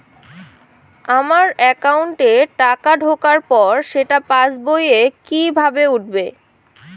আমার একাউন্টে টাকা ঢোকার পর সেটা পাসবইয়ে কি করে উঠবে?